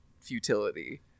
futility